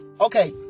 okay